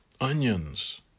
onions